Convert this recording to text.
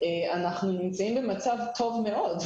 אנחנו נמצאים במצב טוב מאוד,